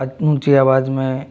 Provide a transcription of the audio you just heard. ऊँची आवाज में